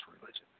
religion